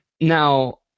Now